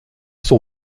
son